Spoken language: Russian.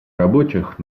рабочих